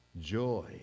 joy